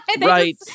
Right